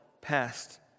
past